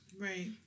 Right